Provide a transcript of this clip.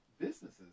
businesses